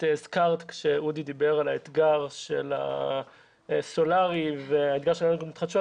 את הזכרת כשאודי דיבר על האתגר של הסולרי ואגירה של אנרגיות מתחדשות,